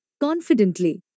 confidently